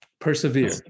persevere